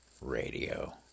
radio